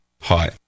Hi